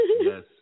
Yes